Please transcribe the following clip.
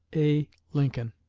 a. lincoln.